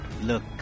look